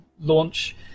launch